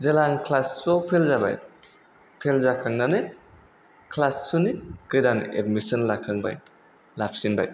जेला आं क्लास थुआव फेल जाबाय फेल जाखांनानै क्लास थुनि गोदान एडमिसन लाखांबाय लाफिनबाय